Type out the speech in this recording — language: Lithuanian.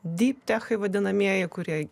dyptechai vadinamieji kurie